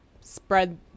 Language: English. spread